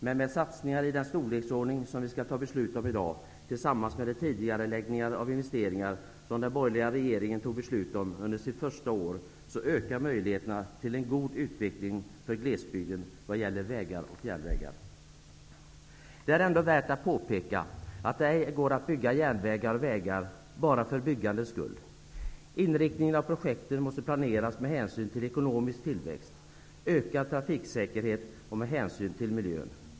Men med satsningar i den storleksordning som vi i dag skall fatta beslut om tillsammans med de tidigareläggningar av investeringar som den borgerliga regeringen fattade beslut om under sitt första år, ökar möjligheterna till en god utveckling för glesbygden vad gäller vägar och järnvägar. Det är ändå värt att påpeka att det ej går att bygga järnvägar och vägar bara för byggandets skull. Inriktningen av projekten måste planeras med hänsyn till ekonomisk tillväxt, ökad trafiksäkerhet och miljön.